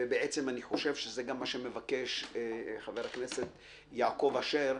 ואני חושב שזה גם מה שמבקש חבר הכנסת יעקב אשר,